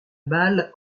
balle